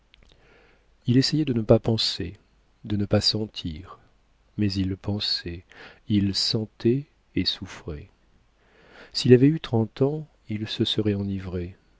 il essayait de ne pas penser de ne pas sentir mais il pensait il sentait et souffrait s'il avait eu trente ans il se serait enivré